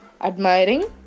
admiring